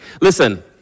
Listen